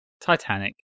titanic